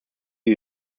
wie